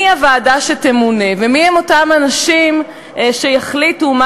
מהי הוועדה שתמונה ומי הם אותם אנשים שיחליטו מה